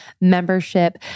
membership